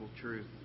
truth